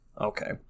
Okay